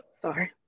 Sorry